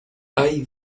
hay